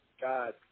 God